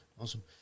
awesome